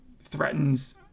threatens